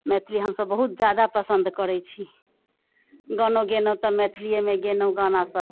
मैथिली हमसब बहुत ज्यादा पसन्द करै छी गानो गेलहुँ तऽ मैथिलिएमे गेलहुँ गानासब